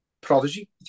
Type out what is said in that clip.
prodigy